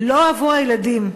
לא עבור הילדים,